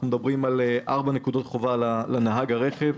אנחנו מדברים על ארבע נקודות חובה לנהג הרכב.